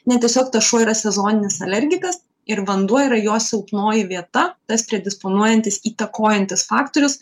ne tiesiog tas šuo yra sezoninis alergikas ir vanduo yra jo silpnoji vieta tas predisponuojantis įtakojantis faktorius